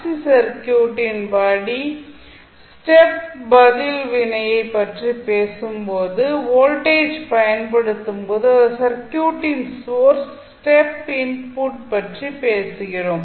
C சர்க்யூட்டின் step பதில் வினையை பற்றி பேசும்போது வோல்ட்டேஜை பயன்படுத்தும்போது அதாவது சர்க்யூட்டின் சோர்ஸ் ஸ்டெப் இன்புட் பற்றி பேசுகிறோம்